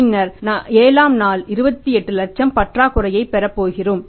பின்னர் ஏழாம் நாள் 28 லட்சம் பற்றாக்குறையை பெறப்போகிறோம்